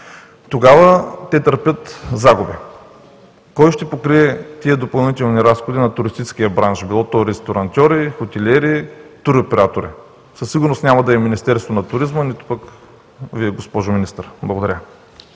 тогава, те търпят загуби. Кой ще покрие тези допълнителни разходи на туристическия бранш – било то ресторантьори, хотелиери, туроператори? Със сигурност няма да е Министерството на туризма, нито пък Вие, госпожо Министър. Благодаря.